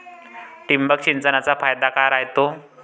ठिबक सिंचनचा फायदा काय राह्यतो?